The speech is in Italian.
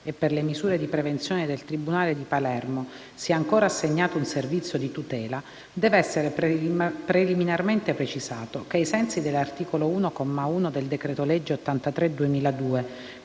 e per le misure di prevenzione del tribunale di Palermo, sia ancora assegnato il servizio di tutela, deve essere preliminarmente precisato che, ai sensi dell'articolo 1, comma 1, del decreto-legge 6